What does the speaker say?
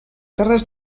terres